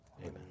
Amen